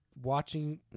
watching